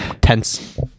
tense